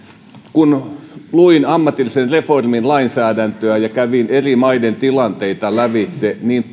kun luin ammatillisen reformin lainsäädäntöä ja kävin eri maiden tilanteita lävitse niin